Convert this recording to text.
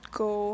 go